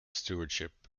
stewardship